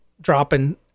dropping